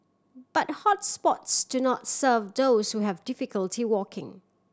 but hots spots do not serve those who have difficulty walking